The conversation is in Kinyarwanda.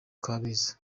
kabeza